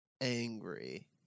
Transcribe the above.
angry